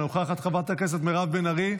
אינה נוכחת, חברת הכנסת מירב בן ארי,